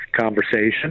conversation